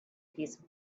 piece